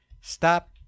stop